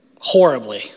horribly